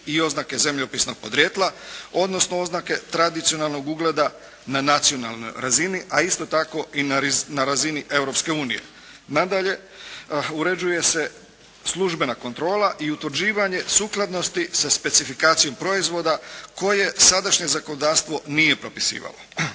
i oznake zemljopisnog podrijetla, odnosno oznake tradicionalnog ugleda na nacionalnoj razini, a isto tako i na razini Europske unije. Nadalje, uređuje se službena kontrola i utvrđivanje sukladnosti sa specifikacijom proizvoda koje sadašnje zakonodavstvo nije propisivalo.